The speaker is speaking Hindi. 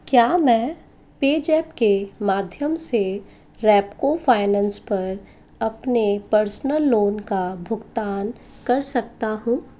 क्या मैं पेजैप के माध्यम से रेपको फाइनेंस पर अपने पर्सनल लोन का भुगतान कर सकता हूँ